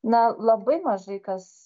na labai mažai kas